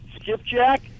skipjack